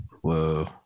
Whoa